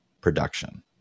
production